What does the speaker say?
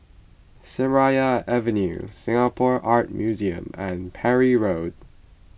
Seraya Avenue Singapore Art Museum and Parry Road